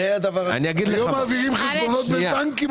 האלה למה לא מעבירים דרך הביטוח הלאומי למשל.